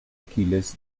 aquiles